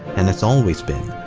and has always been,